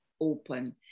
open